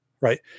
right